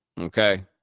okay